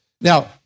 Now